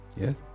Yes